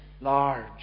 large